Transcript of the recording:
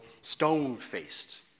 stone-faced